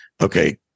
okay